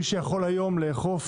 מי שיכול היום לאכוף